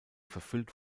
verfüllt